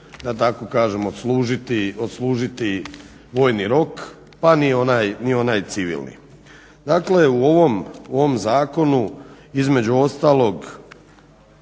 da tako kažem odslužiti vojni rok pa ni onaj civilni. Dakle u ovom zakonu između ostalog